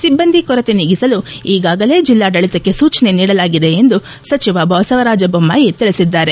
ಸಿಬ್ಬಂದಿ ಕೊರತೆ ನೀಗಿಸಲು ಈಗಾಗಲೇ ಜಿಲ್ಲಾಡಳಿತಕ್ಕೆ ಸೂಚನೆ ನೀಡಲಾಗಿದೆ ಎಂದು ಸಚಿವ ಬಸವರಾಜ ಬೊಮ್ಮಾಯಿ ತಿಳಿಸಿದರು